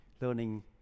Learning